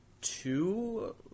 two